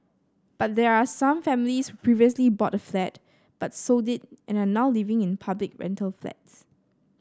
but there are some families previously bought a flat but sold it and are now living in public rental flats